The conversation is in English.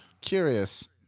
Curious